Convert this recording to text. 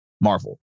Marvel